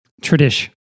Tradition